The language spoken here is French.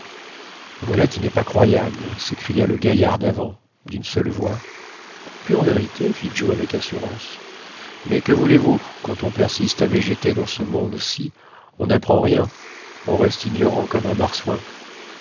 voilà qui n'est pas croyable s'écria le gaillard d'avant d'une seule voix pure vérité fit joe avec assurance mais que voulez-vous quand on persiste à végéter dans ce monde-ci on n'apprend rien on reste ignorant comme un marsouin